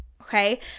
okay